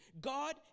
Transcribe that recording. God